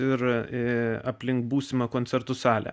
ir aplink būsimą koncertų salę